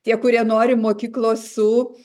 tie kurie nori mokyklos su